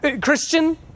Christian